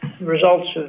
Results